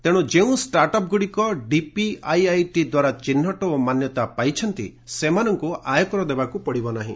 ତେଣୁ ଯେଉଁ ଷ୍ଟାର୍ଟଅପଗୁଡିକ ଡିପିଆଇଆଇଟି ଦ୍ୱାରା ଚିହ୍ନଟ ଓ ମାନ୍ୟତା ପାଇଛନ୍ତି ସେମାନଙ୍କୁ ଆୟକର ଦେବାକୁ ପଡିବ ନାହିଁ